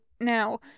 now